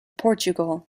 portugal